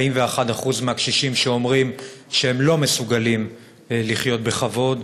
41% מהקשישים אומרים שהם לא מסוגלים לחיות בכבוד.